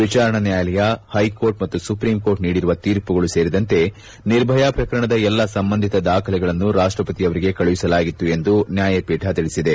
ವಿಚಾರಣಾ ನ್ಯಾಯಾಲಯ ಹೈಕೋರ್ಟ್ ಮತ್ತು ಸುಪ್ರೀಂಕೋರ್ಟ್ ನೀಡಿರುವ ತೀರ್ಪುಗಳು ಸೇರಿದಂತೆ ನಿರ್ಭಯಾ ಪ್ರಕರಣದ ಎಲ್ಲಾ ಸಂಬಂಧಿತ ದಾಖಲೆಗಳನ್ನು ರಾಷ್ಟಪತಿಯವರಿಗೆ ಕಳುಹಿಸಲಾಗಿತ್ತು ಎಂದು ನ್ಯಾಯಪೀಠ ತಿಳಿಸಿದೆ